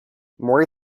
more